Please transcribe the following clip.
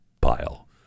pile